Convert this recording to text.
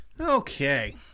Okay